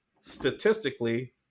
Statistically